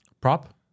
prop